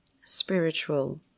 spiritual